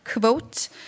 quote